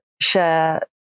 share